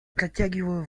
протягиваю